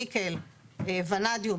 ניקל ואנדיום,